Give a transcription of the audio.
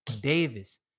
Davis